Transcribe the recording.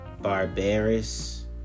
barbarous